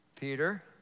Peter